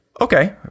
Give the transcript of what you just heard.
Okay